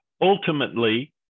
Ultimately